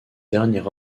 dernier